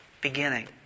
beginning